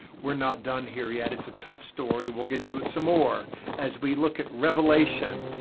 we're not done here yet, it's a tough story. we'll get into it some more as we look at revelation,